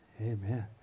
Amen